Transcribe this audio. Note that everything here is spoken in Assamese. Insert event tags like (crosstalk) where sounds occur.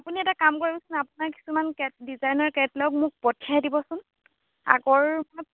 আপুনি এটা কাম কৰিবচোন আপোনাৰ কিছুমান কেট ডিজাইনৰ কেটলগ মোক পঠিয়াই দিবচোন আগৰ (unintelligible)